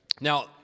Now